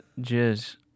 jizz